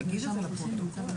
גיל,